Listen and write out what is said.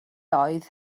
oedd